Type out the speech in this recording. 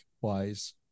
wise